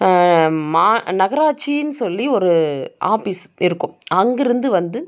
மா நகராட்சின்னு சொல்லி ஒரு ஆப்பிஸ் இருக்கும் அங்கிருந்து வந்து